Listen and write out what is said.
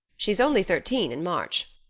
she's only thirteen in march.